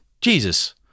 Jesus